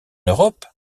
europe